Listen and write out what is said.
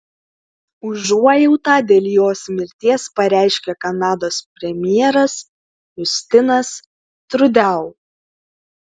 užuojautą dėl jos mirties pareiškė kanados premjeras justinas trudeau